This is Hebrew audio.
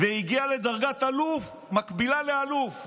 והגיע לדרגה מקבילה לאלוף,